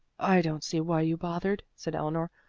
i don't see why you bothered, said eleanor.